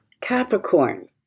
Capricorn